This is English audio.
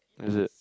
is it